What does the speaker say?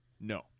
No